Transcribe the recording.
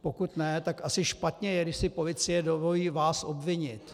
A pokud ne, tak asi špatně je, když si policie dovolí vás obvinit.